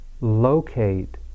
locate